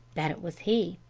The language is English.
that it was he.